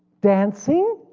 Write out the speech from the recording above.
dancing,